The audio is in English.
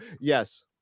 yes